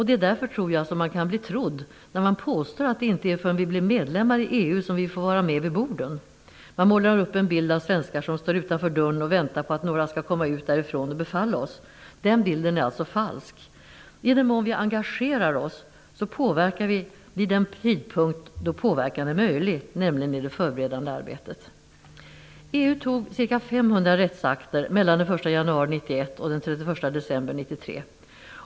Det är därför man kan bli trodd när man påstår att det inte är förrän vi blivit medlemmar i EU som vi får vara med vid borden. Man målar upp en bild av svenskar som står utanför dörren och väntar på att några skall komma ut därifrån och befalla oss. Den bilden är alltså falsk. I den mån vi engagerar oss, påverkar vi vid den tidpunkt då påverkan är möjlig, nämligen i det förberedande arbetet. 1991 och den 31 december 1993.